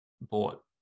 bought